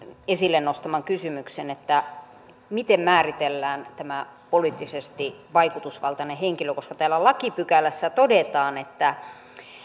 esille nostaman kysymyksen että miten määritellään tämä poliittisesti vaikutusvaltainen henkilö koska täällä lakipykälässä todetaan että